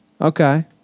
okay